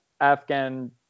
Afghan